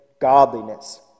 godliness